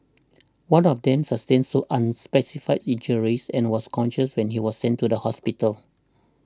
one of them sustained so unspecified injuries and was conscious when he was sent to hospital